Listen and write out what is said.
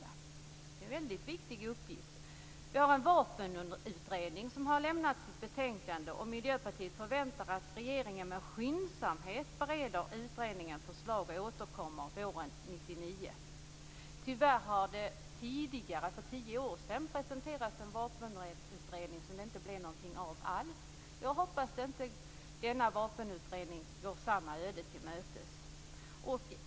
Det är en väldigt viktig uppgift. Vi har en vapenutredning som har lämnat sitt betänkande. Miljöpartiet förväntar att regeringen med skyndsamhet bereder utredningens förslag och återkommer våren 1999. Tyvärr har det tidigare - för tio år sedan - presenterats en vapenutredning som det inte blev någonting alls av. Jag hoppas att denna vapenutredning inte går samma öde till mötes.